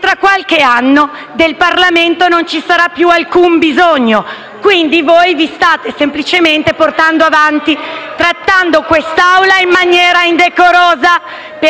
tra qualche anno, del Parlamento non ci sarà più alcun bisogno. Quindi, voi vi state semplicemente portando avanti, trattando quest'Assemblea in maniera indecorosa. Per